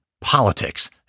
Politics